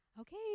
Okay